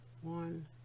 One